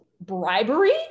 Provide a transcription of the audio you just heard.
bribery